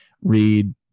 read